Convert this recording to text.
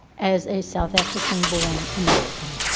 as a south african-born american.